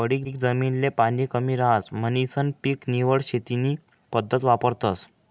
पडीक जमीन ले पाणी कमी रहास म्हणीसन पीक निवड शेती नी पद्धत वापरतस